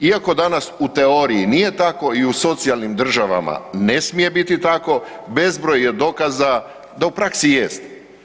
Iako danas u teoriji nije tako i u socijalnim državama ne smije biti tako bezbroj je dokaza da u praksi jest.